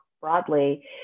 broadly